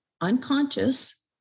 unconscious